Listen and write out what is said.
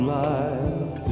life